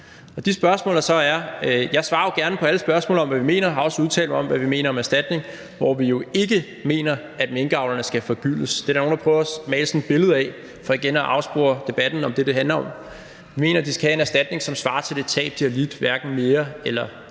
Jeg svarer jo gerne på alle spørgsmål om, hvad vi mener, og har også udtalt mig om, hvad vi mener om en erstatning, hvor vi jo ikke mener, at minkavlerne skal forgyldes. Det er der jo nogle der prøver at male sådan et billede af for igen at afspore debatten om det, som det handler om. Vi mener, at de skal have en erstatning, som svarer til det tab, som de har lidt, hverken mere eller mindre,